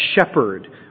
shepherd